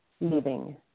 living